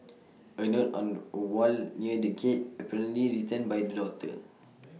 A note on A wall near the gate apparently written by the daughter